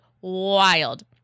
wild